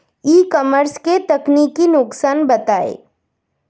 ई commerce के तकनीकी नुकसान बताएं?